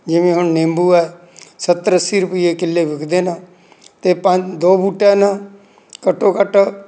ਜਿਵੇਂ ਹੁਣ ਨਿੰਬੂ ਹੈ ਸੱਤਰ ਅੱਸੀ ਰੁਪਈਏ ਕਿੱਲੋ ਵਿਕਦੇ ਨੇ ਅਤੇ ਪੰ ਦੋ ਬੂਟਿਆਂ ਨਾਲ ਘੱਟੋ ਘੱਟ